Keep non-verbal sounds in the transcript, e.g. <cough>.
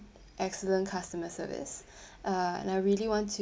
excellent customer service <breath> uh and I really want to